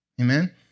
Amen